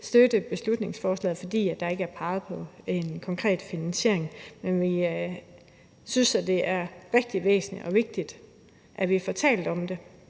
støtte beslutningsforslaget, fordi der ikke er peget på en konkret finansiering. Men vi synes, at det er rigtig væsentligt og vigtigt, at vi får talt om det,